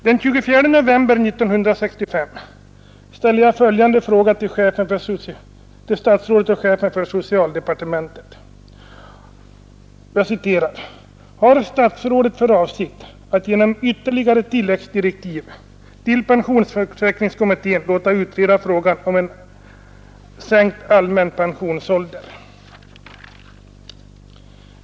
Den 24 november 1965 ställde jag följande fråga till statsrådet och chefen för socialdepartementet: ”Har Statsrådet för avsikt att genom ytterligare tilläggsdirektiv till pensionsförsäkringskommittén låta utreda frågan om en sänkt allmän pensionsålder?